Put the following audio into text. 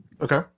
Okay